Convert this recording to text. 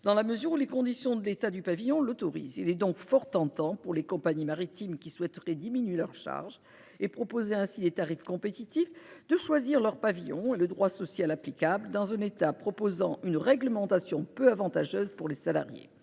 dans la mesure où les conditions de l'État du pavillon l'autorisent. Il est donc fort tentant, pour les compagnies maritimes qui souhaiteraient diminuer leurs charges et proposer ainsi des tarifs compétitifs, de choisir leur pavillon et le droit social applicable dans un État proposant une réglementation peu avantageuse pour les salariés.